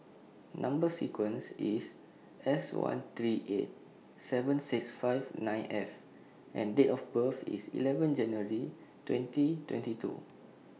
Number sequence IS S one three eight seven six five nine F and Date of birth IS eleven January twenty twenty two